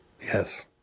Yes